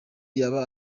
yaba